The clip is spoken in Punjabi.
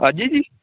ਅੱਜ ਹੀ ਜੀ